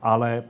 Ale